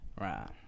Right